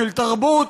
של תרבות,